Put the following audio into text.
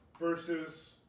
versus